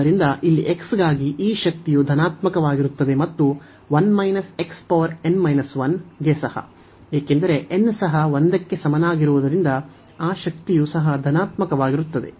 ಆದ್ದರಿಂದ ಇಲ್ಲಿ x ಗಾಗಿ ಈ ಶಕ್ತಿಯು ಧನಾತ್ಮಕವಾಗಿರುತ್ತದೆ ಮತ್ತು ಗೆ ಸಹ ಏಕೆಂದರೆ n ಸಹ 1 ಕ್ಕೆ ಸಮನಾಗಿರುವುದರಿಂದ ಆ ಶಕ್ತಿಯು ಸಹ ಧನಾತ್ಮಕವಾಗಿರುತ್ತದೆ